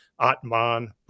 Atman